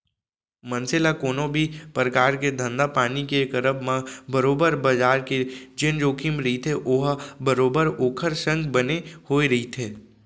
मनसे ल कोनो भी परकार के धंधापानी के करब म बरोबर बजार के जेन जोखिम रहिथे ओहा बरोबर ओखर संग बने होय रहिथे